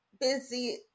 busy